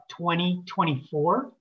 2024